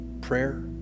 prayer